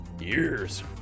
Years